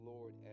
Lord